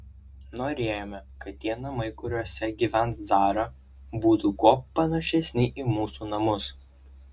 norėjome kad tie namai kuriuose gyvens zara būtų kuo panašesni į mūsų namus